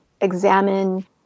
examine